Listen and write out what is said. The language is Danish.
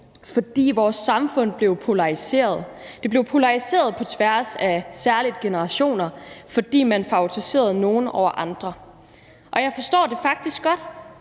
fordi vores samfund blev polariseret. Det blev polariseret på tværs af særlig generationer, fordi man var favoriserede nogle i forhold til andre. Og jeg forstår det faktisk godt.